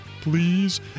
please